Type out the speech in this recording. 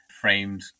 framed